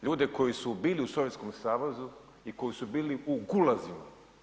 Ljude koji su bili u Sovjetskom savezu i koji su bili u gulazima.